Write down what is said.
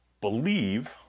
believe